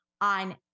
on